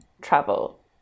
travel